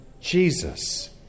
Jesus